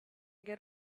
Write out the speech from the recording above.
get